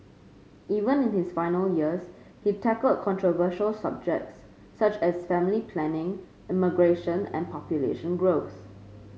even in his final years he tackled controversial subjects such as family planning immigration and population growth